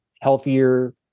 healthier